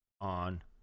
on